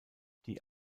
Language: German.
die